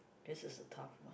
this is a tough one